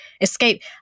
escape